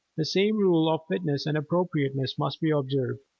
the same rule of fitness and appropriateness must be observed,